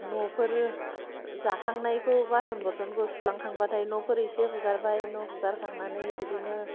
न'फोर जाखांनायखौ बासन बरथनखौ सुलांखांबाथाय न'फोर एसे फुगारबाय न' फुगार खांनानै बिदिनो